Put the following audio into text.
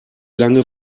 lange